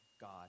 God